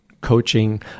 coaching